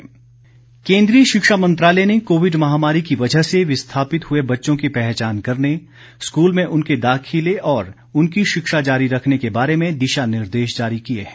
शिक्षा दिशानिर्देश केन्द्रीय शिक्षा मंत्रालय ने कोविड महामारी की वजह से विस्थापित हुए बच्चों की पहचान करने स्कूल में उनके दाखिले और उनकी शिक्षा जारी रखने के बारे में दिशा निर्देश जारी किए हैं